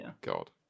god